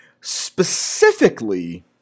specifically